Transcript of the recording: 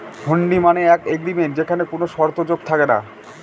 হুন্ডি মানে এক এগ্রিমেন্ট যেখানে কোনো শর্ত যোগ থাকে না